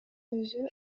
өзү